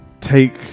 Take